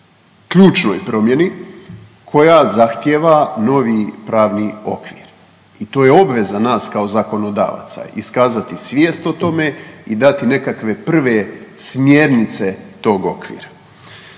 ključnoj promjeni koja zahtjeva novi pravni okvir i to je obveza nas kao zakonodavaca iskazati svijest o tome i dati nekakve prve smjernice tog okvira.